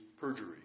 perjury